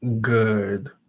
good